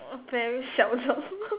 very seldom